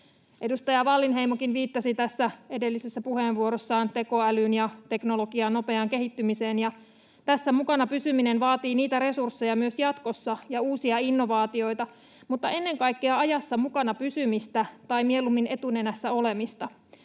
Edustaja Wallinheimokin viittasi tässä edellisessä puheenvuorossaan tekoälyn ja teknologian nopeaan kehittymiseen, ja tässä mukana pysyminen vaatii myös jatkossa niitä resursseja ja uusia innovaatioita, mutta ennen kaikkea ajassa mukana pysymistä, tai mieluummin: etunenässä olemista.